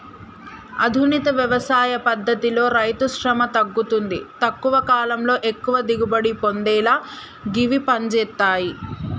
ఆధునిక వ్యవసాయ పద్దతితో రైతుశ్రమ తగ్గుతుంది తక్కువ కాలంలో ఎక్కువ దిగుబడి పొందేలా గివి పంజేత్తయ్